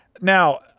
now